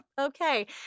okay